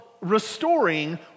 restoring